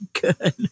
good